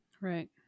Right